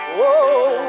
Whoa